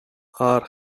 are